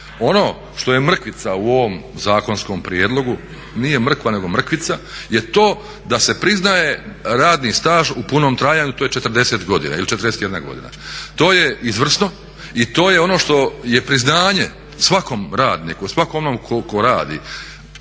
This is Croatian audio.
On što je mrkvica u ovom zakonskom prijedlogu, nije mrkva nego mrkvica je to da se priznaje radni staž u punom trajanju, to je 40 godina ili 41 godina. To je izvrsno i to je ono što je priznanje svakom radniku, svakom onom tko radi